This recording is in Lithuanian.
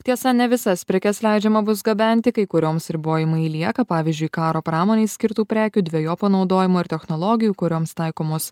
tiesa ne visas prekes leidžiama bus gabenti kai kurioms ribojimai lieka pavyzdžiui karo pramonei skirtų prekių dvejopo naudojimo ir technologijų kurioms taikomos